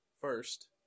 first